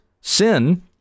sin